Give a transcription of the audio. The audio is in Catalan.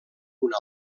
una